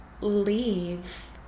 leave